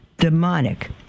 demonic